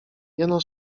jeno